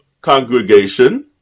congregation